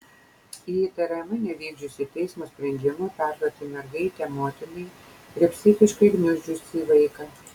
ji įtariama nevykdžiusi teismo sprendimo perduoti mergaitę motinai ir psichiškai gniuždžiusi vaiką